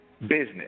business